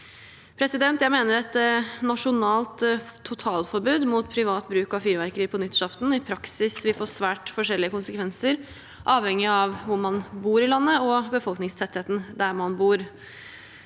belyst. Jeg mener at et nasjonalt totalforbud mot privat bruk av fyrverkeri på nyttårsaften i praksis vil få svært forskjellige konsekvenser, avhengig av hvor man bor i landet, og befolkningstettheten der man bor.